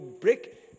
break